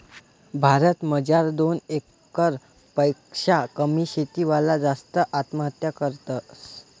भारत मजार दोन एकर पेक्शा कमी शेती वाला जास्त आत्महत्या करतस